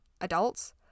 adults